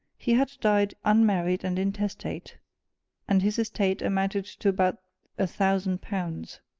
he had died unmarried and intestate and his estate amounted to about a thousand pounds.